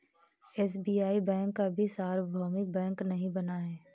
SBI bank अभी सार्वभौमिक bank नहीं बना है